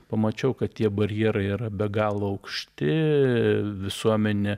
pamačiau kad tie barjerai yra be galo aukšti visuomenė